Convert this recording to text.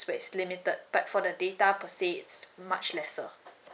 so it's limited but for the data per say it's much lesser